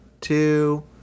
two